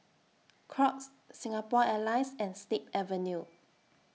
Crocs Singapore Airlines and Snip Avenue